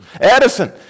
Edison